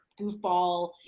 goofball